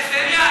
קסניה,